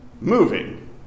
moving